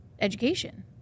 education